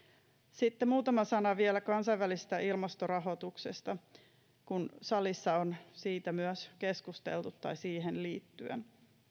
sitten muutama sana vielä kansainvälisestä ilmastorahoituksesta kun salissa on siitä myös keskusteltu tai siihen liittyen